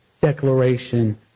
declaration